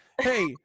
Hey